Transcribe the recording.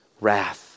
wrath